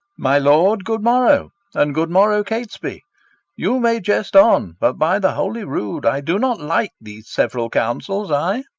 my lord, good morrow and good morrow, catesby you may jest on, but, by the holy rood, i do not like these several councils, i.